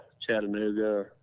Chattanooga